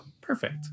Perfect